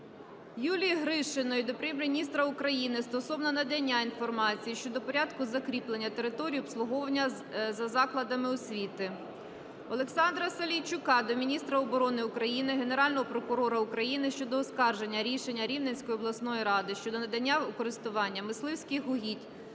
Юлії Гришиної до Прем'єр-міністра України стосовно надання інформації щодо порядку закріплення території обслуговування за закладами освіти. Олександра Салійчука до міністра оборони України, Генерального прокурора України щодо оскарження рішення Рівненської обласної ради щодо надання у користування мисливських угідь